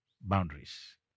boundaries